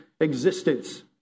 existence